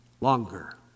longer